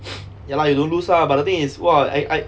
ya lah you don't lose lah but the thing is !wah! I I